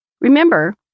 Remember